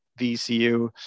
VCU